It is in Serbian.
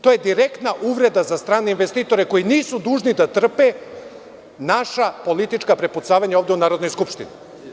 To je direktna uvreda za strane investitore koji nisu dužni da trpe naša politička prepucavanja ovde u Narodnoj skupštini.